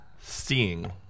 seeing